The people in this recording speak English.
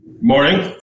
Morning